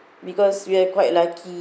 because we're quite lucky